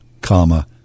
comma